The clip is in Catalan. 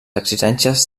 exigències